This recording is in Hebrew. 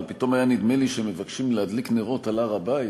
אבל פתאום היה נדמה לי שמבקשים להדליק נרות על הר-הבית,